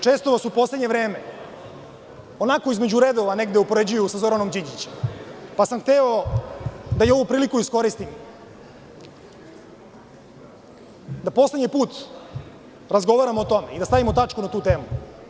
Često vas u poslednje vreme, onako između redova upoređuju sa Zoranom Đinđićem, pa sam hteo da ovu priliku iskoristim, da poslednji put razgovaramo o tome i da stavimo tačku na tu temu.